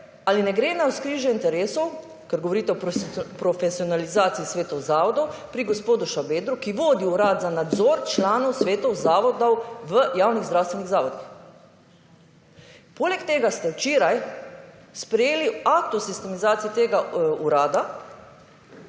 ali ne gre za navzkrižje interesov, ker govorite o profesionalizaciji svetov zavodov pri gospodu Šabedru, ki vodi urad za nadzor članov svetov zavodov v javnih zdravstvenih zavodih. Poleg tega ste včeraj sprejeli akt o sistemizaciji tega urada